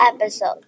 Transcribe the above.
episode